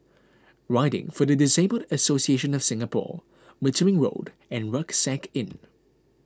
Riding for the Disabled Association of Singapore Wittering Road and Rucksack Inn